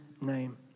name